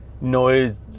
noise